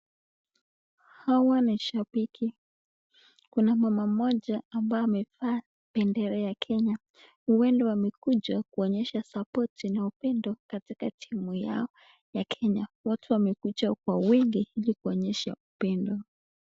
Hawa ni shabiki. Kuna mama mmoja ambaye amevaa bendera ya kenya, huenda wamekuja kuonyesha sapoti na upendo katika timu yao ya Kenya. Watu wamekuja wengi kuonyesha upendo.